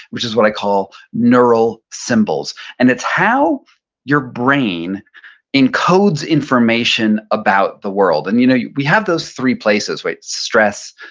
which is what i call, neural symbols. and it's how your brain encodes information about the world. and you know yeah we have those three places like stress,